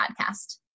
Podcast